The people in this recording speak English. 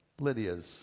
Lydia's